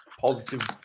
positive